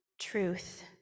truth